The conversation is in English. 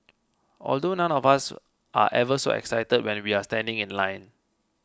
although none of us are ever so excited when we're standing in line